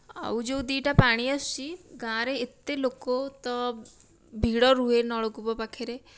ଆଉ ଯେଉଁ ଦିଟା ପାଣି ଆସୁଛି ଗାଆଁ ରେ ଏତେ ଲୋକ ତ ଭିଡ଼ ରୁହେ ନଳ କୂପ ପାଖରେ